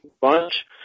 bunch